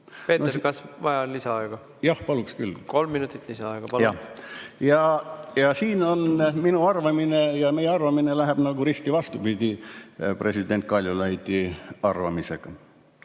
Peeter, kas sa vajad lisaaega? Kolm minutit lisaaega, palun! Ja siin minu arvamine ja meie arvamine läheb nagu risti vastupidi president Kaljulaidi arvamisega.